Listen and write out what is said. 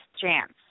Chance